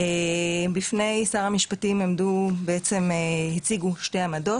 בפני שר המשפטים הציגו שתי עמדות,